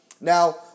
Now